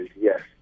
yes